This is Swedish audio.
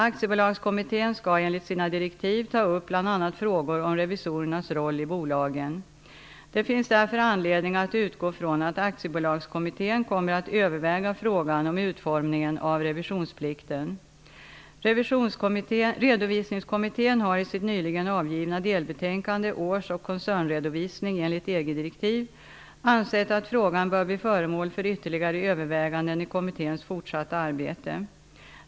Aktiebolagskommittén skall enligt sina direktiv bl.a. ta upp frågor om revisorernas roll i bolagen. Det finns därför anledning att utgå från att Aktiebolagskommittén kommer att överväga frågan om utformningen av revisionsplikten. EG-direktiv, ansett att frågan bör bli föremål för ytterligare överväganden i kommitténs fortsatta arbete.